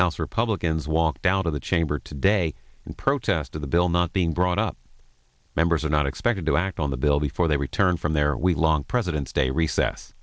house republicans walked out of the chamber today in protest of the bill not being brought up members are not expected to act on the bill before they return from their we long presidents day recess